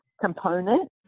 component